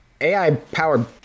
AI-powered